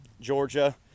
Georgia